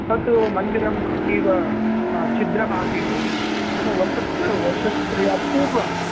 तत् मन्दिरम् अतीव छिद्रमासीत् तद् वर्षत्रय वर्षत्रयात् पूर्वं